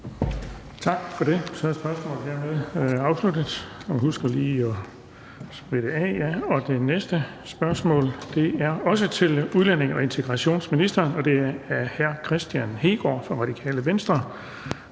Tak for det. Spørgsmålet er hermed afsluttet. Og man skal lige huske at spritte af. Tak. Det næste spørgsmål er også til udlændinge- og integrationsministeren, og det er af hr. Kristian Hegaard fra Radikale Venstre.